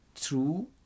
true